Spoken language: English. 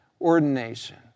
ordination